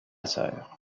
sœur